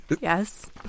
Yes